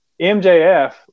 MJF